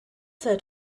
that